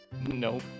Nope